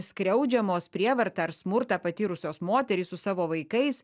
skriaudžiamos prievartą ar smurtą patyrusios moterys su savo vaikais